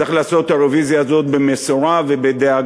צריך לעשות את הרוויזיה הזאת במשורה ובדאגה,